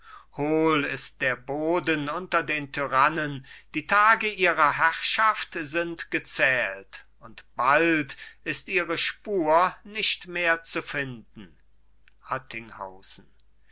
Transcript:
hohl ist der boden unter den tyrannen die tage ihrer herrschaft sind gezählt und bald ist ihre spur nicht mehr zu finden